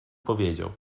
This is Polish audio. powiedział